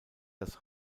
das